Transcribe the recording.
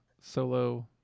solo